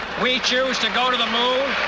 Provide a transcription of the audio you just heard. we choose to go to the moon.